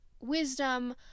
wisdom